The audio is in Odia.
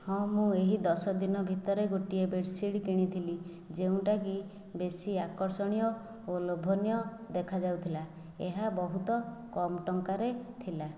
ହଁ ମୁଁ ଏହି ଦଶଦିନ ଭିତରେ ଗୋଟିଏ ବେଡ଼ସିଟ୍ କିଣିଥିଲି ଯେଉଁଟାକି ବେଶି ଆକର୍ଷଣୀୟ ଓ ଲୋଭନୀୟ ଦେଖାଯାଉଥିଲା ଏହା ବହୁତ କମ୍ ଟଙ୍କାରେ ଥିଲା